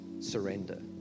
surrender